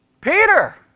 Peter